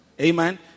Amen